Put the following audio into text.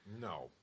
No